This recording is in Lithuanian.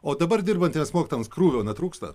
o dabar dirbantiems mokytojams krūvio netrūksta